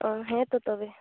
ᱚ ᱦᱮᱸ ᱛᱳ ᱛᱚᱵᱮ